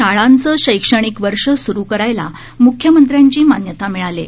शाळांचं शैक्षणिक वर्ष सुरू करायला मुख्यमंत्र्यांची मान्यता मिळाली आहे